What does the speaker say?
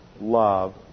love